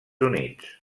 units